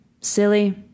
Silly